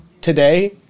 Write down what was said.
today